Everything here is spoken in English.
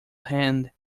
hand